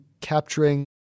capturing